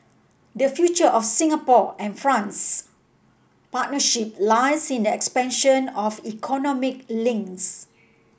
the future of Singapore and France's partnership lies in the expansion of economic links